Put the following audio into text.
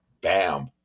Bam